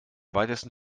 weitesten